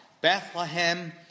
Bethlehem